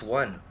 one